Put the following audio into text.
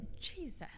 Jesus